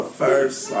first